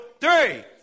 three